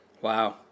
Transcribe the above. Wow